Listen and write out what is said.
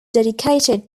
dedicated